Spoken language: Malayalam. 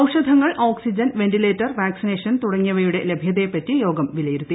ഔഷധങ്ങൾ ഓക്സിജൻ വ്യിന്റിലേറ്റർ വാക്സിനേഷൻ തുടങ്ങിയവയുടെ ലഭ്യതയെപ്പറ്റി യ്ക്കാം വിലയിരുത്തി